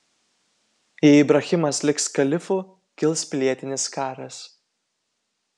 jei ibrahimas liks kalifu kils pilietinis karas